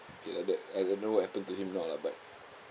okay lah that I don't know what happen to him now lah but